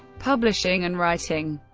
publishing and writing